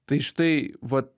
tai štai va